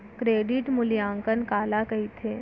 Credit मूल्यांकन काला कहिथे?